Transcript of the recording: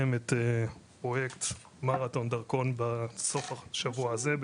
את פרויקט מרתון דרכון בסוף השבוע הזה,